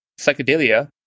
Psychedelia